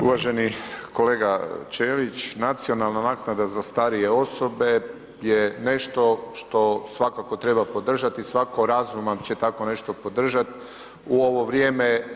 Uvaženi kolega Ćelić, nacionalna naknada za starije osobe je nešto što svakako treba podržati i svako razuman će tako nešto podržati u ovo vrijeme.